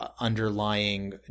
underlying